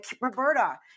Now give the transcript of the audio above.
Roberta